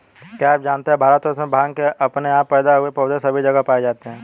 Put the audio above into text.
क्या आप जानते है भारतवर्ष में भांग के अपने आप पैदा हुए पौधे सभी जगह पाये जाते हैं?